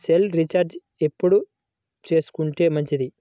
Cell recharge ఎప్పుడు చేసుకొంటే మంచిది?